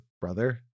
brother